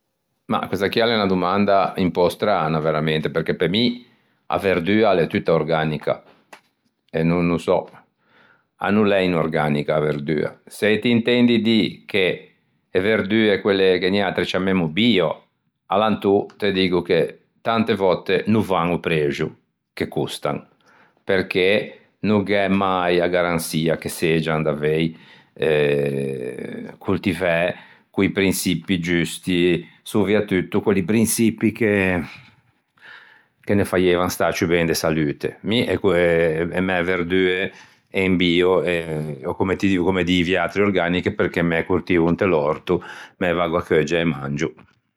Mah, questa chì a l'é unna domanda un pö strana veramente perché pe mi a verdua a l'é tutta organica eh n'ô so, a no l'é inorganica a verdua. Se t'intendi dî che e verdue quelle che noiatri e ciammemmo bio alantô te diggo che tante vòtte no van o prexo che costan perché no gh'é mai a garançia che seggian cortivæ co-i prinçippi giusti, soviatutto quelli prinçippi che ne faieivan stâ ciù ben de salute. Mi e mæ verdue en bio e comme dî voiatri organiche perché me ê cortivo inte l'òrto, me ê vaggo à cheugge e ê mangio.